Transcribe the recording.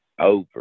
over